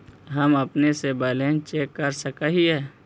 हम अपने से बैलेंस चेक कर सक हिए?